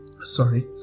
Sorry